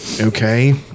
Okay